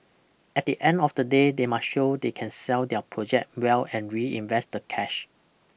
at the end of the day they must show they can sell their project well and reinvest the cash